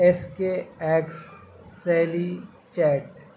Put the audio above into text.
S K X sally chat